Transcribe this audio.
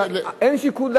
אין שום שיקול.